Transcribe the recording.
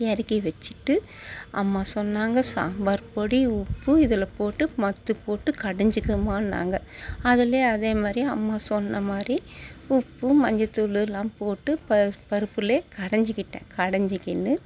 இறக்கி வச்சுட்டு அம்மா சொன்னாங்க சாம்பார் பொடி உப்பு இதில் போட்டு மத்து போட்டு கடைஞ்சிக்கமான்னாங்க அதில் அதேமாதிரி அம்மா சொன்ன மாதிரி உப்பு மஞ்சத்தூளுலாம் போட்டு பருப்புலேயே கடைஞ்சிக்கிட்டன் கடைஞ்சிக்கினு